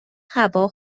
هوا